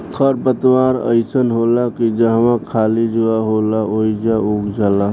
खर पतवार अइसन होला की जहवा खाली जगह होला ओइजा उग जाला